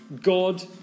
God